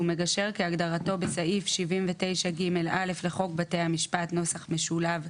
מגשר כהגדרתו בסעיף 79 ג(א) לחוק בתי המשפט [נוסח משולב],